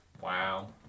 Wow